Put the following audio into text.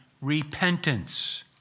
repentance